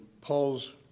Paul's